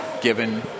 given